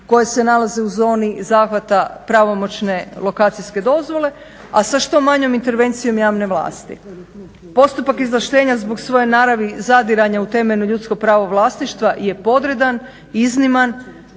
koje se nalaze u zoni zahvata pravomoćne lokacijske dozvole, a sa što manjom intervencijom javne vlasti. Postupak izvlaštenja zbog svoje naravi, zadiranja u temeljno ljudsko pravo vlasništva je podredan, izniman